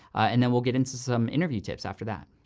and then we'll get into some interview tips after that.